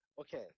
okay